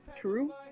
True